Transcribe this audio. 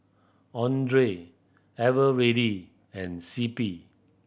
Andre Eveready and C P